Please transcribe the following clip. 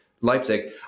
Leipzig